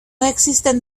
existen